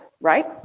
right